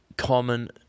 common